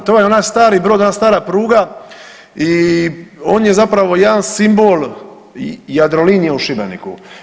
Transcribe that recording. To vam je onaj stari brod, ona stara pruga i on je zapravo jedan simbol Jadrolinije u Šibeniku.